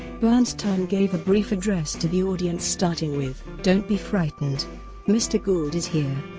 bernstein gave a brief address to the audience starting with don't be frightened mr gould is here.